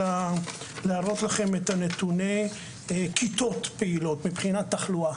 להראות לכם את נתוני כיתות פעילות מבחינת תחלואה,